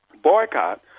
boycott